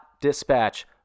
dispatch